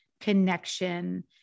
connection